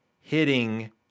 hitting